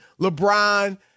LeBron